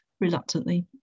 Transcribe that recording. reluctantly